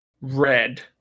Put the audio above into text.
red